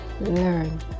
learn